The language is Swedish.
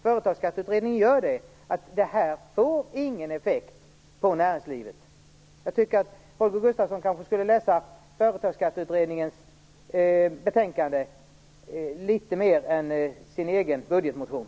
Företagsskatteutredningen har dessutom konstaterat att det här inte får någon effekt på näringslivet. Holger Gustafsson kanske skulle läsa Företagsskatteutredningens betänkande litet mer än sin egen budgetmotion!